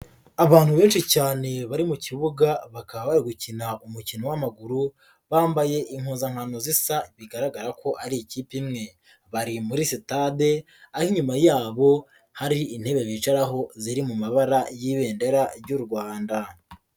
Abantu benshi cyane bari mu kibuga bakaba bari gukina umukino w'amaguru, bambaye impuzankano zisa bigaragara ko ari ikipe imwe. Bari muri sitade aho inyuma yabo hari intebe bicaraho ziri mu mabara y'ibendera ry'u Rwanda.